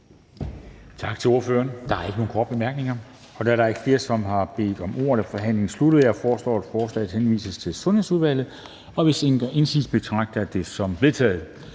Tak til ordføreren. Der er ikke nogen korte bemærkninger. Da der ikke er flere, som har bedt om ordet, er forhandlingen sluttet. Jeg foreslår, at forslaget til folketingsbeslutning henvises til Sundhedsudvalget, og hvis ingen gør indsigelse, betragter jeg det som vedtaget.